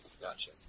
Gotcha